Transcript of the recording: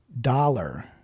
dollar